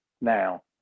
now